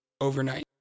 overnight